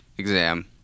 exam